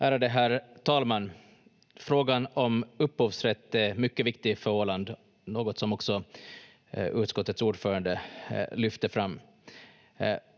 Ärade herr talman! Frågan om upphovsrätt är mycket viktig för Åland, något som också utskottets ordförande lyfte fram.